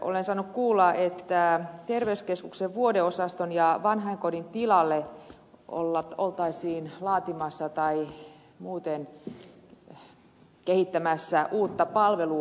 olen saanut kuulla että terveyskeskuksen vuodeosaston ja vanhainkodin tilalle oltaisiin laatimassa tai muuten kehittämässä uutta palvelukonseptia